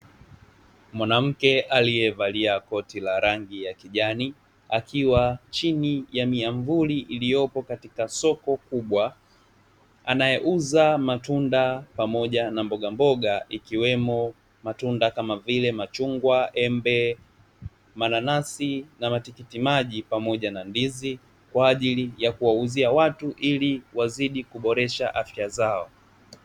Mwanamke aliyevalia koti la rangi ya kijani, akiwa chini ya miamvuli iliyopo katika soko kubwa, anayeuza matunda pamoja na mbogamboga ikiwemo matunda kama vile machungwa, embe, mananasi na matikiti maji, pamoja na ndizi; kwa ajili ya kuwauzia watu ili wazidi kuboresha afya zao.